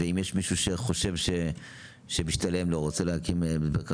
ואם יש מישהו שחושב שמשתלם לו ורוצה להקים בית מרקחת?